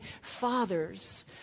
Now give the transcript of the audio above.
fathers